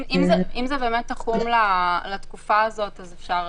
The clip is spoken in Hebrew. אם זה באמת תחום לתקופה הזו אז אפשר.